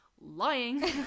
Lying